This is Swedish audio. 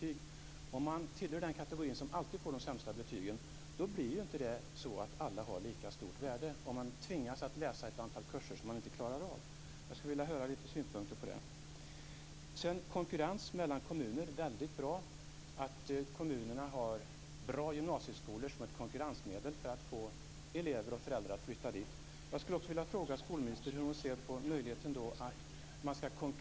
Men om en del tillhör den kategori som alltid får de sämsta betygen har ju inte alla lika stort värde när man tvingas läsa ett antal kurser som man inte klarar av. Jag skulle vilja ha några synpunkter på det. Detta med konkurrens mellan kommuner är väldigt bra, dvs. att kommunerna har bra gymnasieskolor som ett konkurrensmedel för att få elever och föräldrar att flytta dit. Hur ser skolministern på möjligheten att konkurrera också om elever?